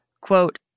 quote